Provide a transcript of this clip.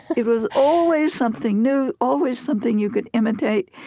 it was always something new, always something you could imitate.